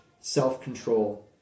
self-control